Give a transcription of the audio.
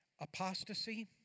Apostasy